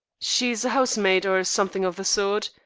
she's a housemaid, or something of the sort.